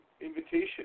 invitation